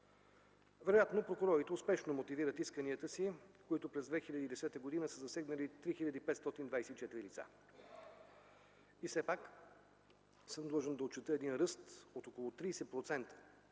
Вероятно прокурорите успешно мотивират исканията си, които през 2010 г. са засегнали 3524 лица. Длъжен съм да отчета все пак ръст от около 30%